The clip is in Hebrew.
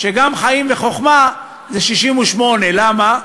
שגם חיים וחכמה זה 68. למה?